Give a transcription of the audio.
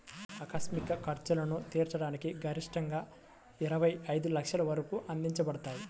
ఆకస్మిక ఖర్చులను తీర్చడానికి గరిష్టంగాఇరవై ఐదు లక్షల వరకు అందించబడతాయి